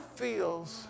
feels